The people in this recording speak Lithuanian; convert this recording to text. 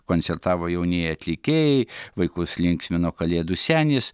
koncertavo jaunieji atlikėjai vaikus linksmino kalėdų senis